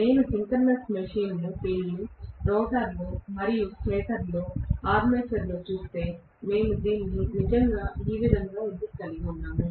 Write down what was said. నేను synchronous machine ఫీల్డ్ను రోటర్లో మరియు స్టేటర్లో ఆర్మేచర్ చూస్తే మేము దీన్ని ఈ విధంగా ఎందుకు కలిగి ఉన్నాము